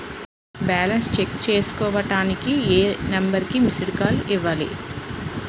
Balance check చేసుకోవటానికి ఏ number కి మిస్డ్ కాల్ ఇవ్వాలి?